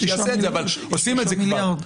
עושים את זה כבר.